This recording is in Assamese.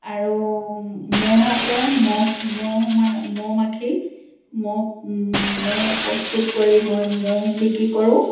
আৰু ম'হ আছে ম'হ মৌ মানে মৌ মাখি মৌ মৌ প্ৰস্তুত কৰি মই মৌ বিক্ৰী কৰোঁ